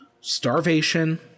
Starvation